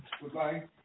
goodbye